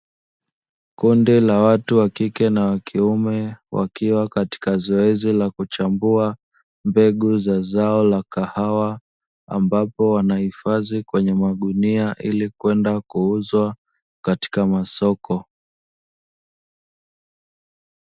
Kundi la watu wa kike na wa kiume wakiwa katika zoezi la kuchambua mbegu za zao la kahawa, ambapo wanahifadhi kwenye magunia ili kwenda kuuzwa katika masoko.